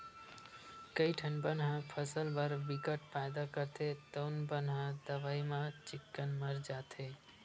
कइठन बन ह फसल बर बिकट फायदा करथे तउनो बन ह दवई म चिक्कन मर जाथे